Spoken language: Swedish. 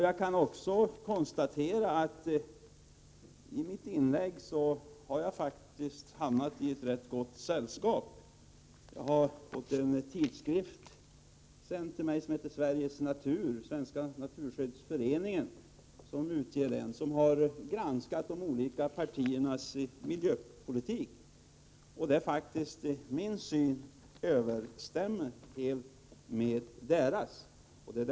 Jag kan också konstatera att jag med mitt inlägg faktiskt har hamnat i ett ganska gott sällskap. Jag har fått en tidskrift sänd till mig som heter Sveriges Natur. Det är Svenska naturskyddsföreningen som ger ut den. Man har där granskat de olika partiernas miljöpolitik. Min syn överensstämmer helt med den som framkommer i tidskriften.